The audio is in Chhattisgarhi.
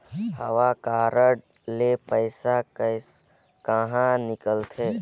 हव कारड ले पइसा कहा निकलथे?